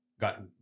Got